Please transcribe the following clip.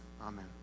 Amen